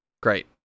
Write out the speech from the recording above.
Great